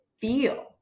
feel